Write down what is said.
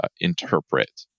interpret